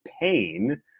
pain